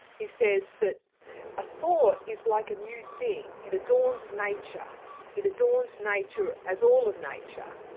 he says that a thought is like a new thing, it adorns nature it adorns nature as all of nature,